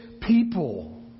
people